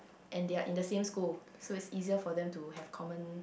and they are in the same school so it's easier for them to have common